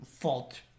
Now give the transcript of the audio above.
fault